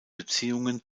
beziehungen